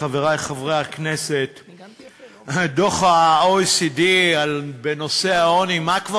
חבר הכנסת מנחם אליעזר מוזס, אינו נוכח,